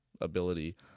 ability